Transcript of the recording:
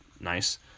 nice